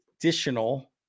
additional